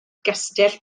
gastell